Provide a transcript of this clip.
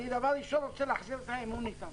אני דבר ראשון רוצה להחזיר את האמון איתם.